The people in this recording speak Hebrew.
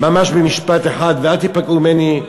ממש במשפט אחד, ואל תיפגעו ממני,